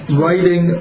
writing